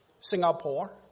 Singapore